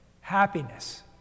happiness